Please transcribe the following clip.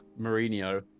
Mourinho